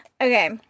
Okay